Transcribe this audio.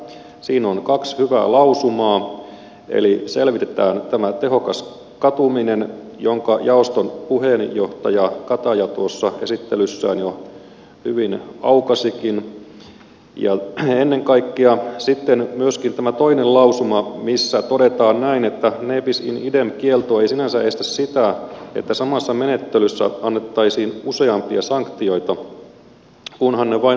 siinä on kaksi hyvää lausumaa eli selvitetään tämä tehokas katuminen jonka jaoston puheenjohtaja kataja esittelyssään jo hyvin aukaisikin ja ennen kaikkea sitten myöskin tämä toinen lausuma missä todetaan että ne bis in idem kielto ei sinänsä estä sitä että samassa menettelyssä annettaisiin useampia sanktioita kunhan ne vain annetaan yhtä aikaa